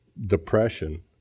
depression